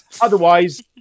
Otherwise